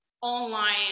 online